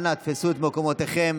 אנא תפסו את מקומותיכם